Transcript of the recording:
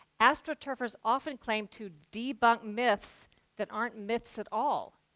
astroturfers often claim to debunk myths that aren't myths at all.